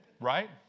right